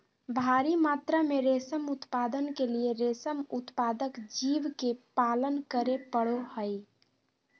भारी मात्रा में रेशम उत्पादन के लिए रेशम उत्पादक जीव के पालन करे पड़ो हइ